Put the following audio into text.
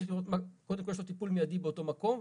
צריך לראות שקודם כל יש לו טיפול מיידי באותו מקום.